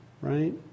right